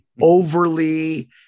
overly